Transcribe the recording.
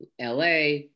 LA